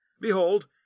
Behold